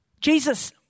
Jesus